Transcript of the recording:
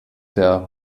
der